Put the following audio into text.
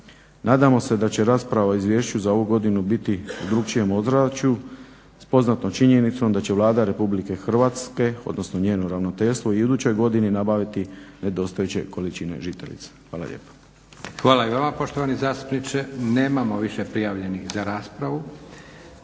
Nadamo se da će rasprava o izvješću za ovu godinu biti u drukčijem ozračju, s poznatom činjenicom da će Vlada Republike Hrvatske, odnosno njeno ravnateljstvo i u idućoj godini nabaviti nedostajuće količine žitarica. Hvala lijepa. **Leko, Josip (SDP)** Hvala i vama poštovani zastupniče. Nemamo više prijavljenih za raspravu.